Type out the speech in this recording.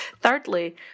Thirdly